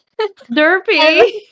Derpy